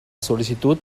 sol·licitud